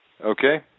Okay